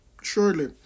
surely